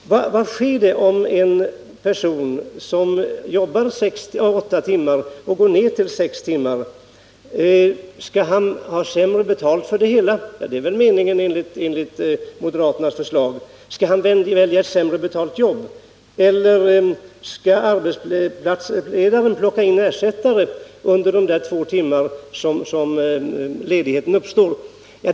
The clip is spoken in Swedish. Vad sker om en person, som jobbar åtta timmar, går ned till sex timmar? Skall han ha sämre betalt? Ja, det är väl meningen enligt moderaternas förslag. Skall han välja ett sämre betalt jobb? Eller skall arbetsledaren plocka in en ersättare under de två timmar som ledigheten varar?